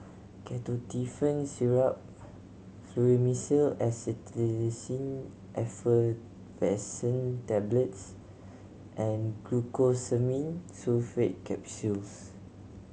Ketotifen Syrup Fluimucil Acetylcysteine Effervescent Tablets and Glucosamine Sulfate Capsules